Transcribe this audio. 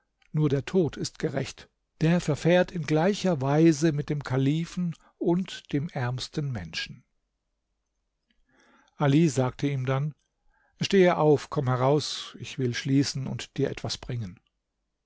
nur der tod ist gerecht der verfährt in gleicher weise mit dem kalifen und dem ärmsten menschen ali sagte ihm dann stehe auf komm heraus ich will schließen und dir etwas bringen